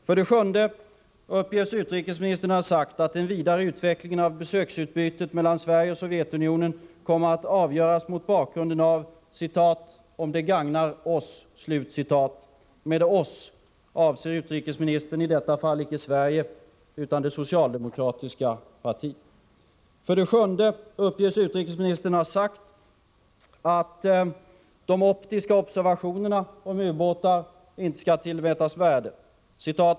För det sjunde uppges utrikesministern ha sagt att den vidare utvecklingen av försöksutbytet mellan Sverige och Sovjetunionen kommer att avgöras mot bakgrunden av ”om det gagnar oss”. Med ”oss” avser utrikesministern i detta fall icke Sverige utan det socialdemokratiska partiet. För det åttonde uppges utrikesministern ha sagt att de optiska observationerna av ubåtarna inte skall tillmätas värde.